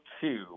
two